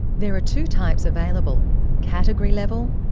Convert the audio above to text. there are two types available category level,